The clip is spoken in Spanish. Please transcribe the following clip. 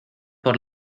por